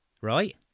right